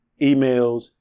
emails